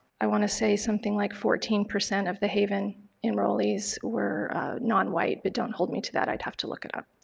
i want to say something like fourteen percent of the haven enrollees were non-white, but don't hold me to that, i'd have to look it up.